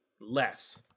less